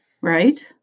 Right